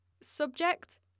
Subject